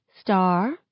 Star